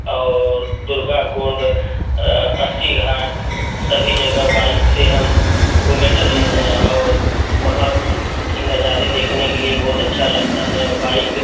और दुर्गा कुंड अस्सी घाट सभी जगह बाइक से हम घूमें टहले हैं और वहाँ की नज़ारे देखने के लिए बहुत अच्छा लगता है औ बाइक